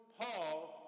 Paul